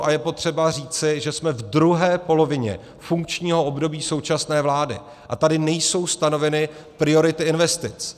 A je potřeba říci, že jsme v druhé polovině funkčního období současné vlády, a tady nejsou stanoveny priority investic.